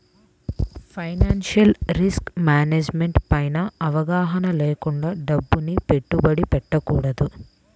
financial risk management పైన అవగాహన లేకుండా డబ్బుని పెట్టుబడి పెట్టకూడదు